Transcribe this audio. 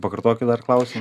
pakartokit dar klausimą